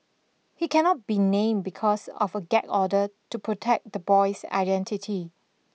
he cannot be named because of a gag order to protect the boy's identity